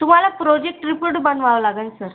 तुम्हाला project report बनवावा लागंन सर